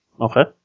Okay